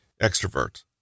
Extrovert